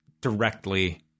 directly